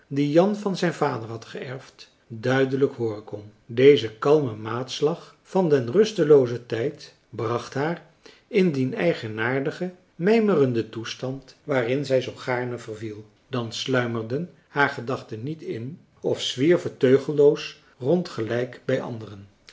jan van zijn vader had geërfd duidelijk hooren kon deze kalme maatslag van den rusteloozen tijd bracht haar in dien eigenaardigen mijmerenden toestand waarin zij zoo gaarne verviel dan sluimerden haar gedachten niet in of zwierven teugelloos rond gelijk bij anderen